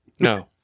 No